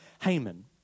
Haman